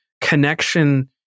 connection